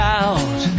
out